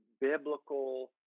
biblical